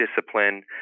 discipline